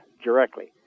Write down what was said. Directly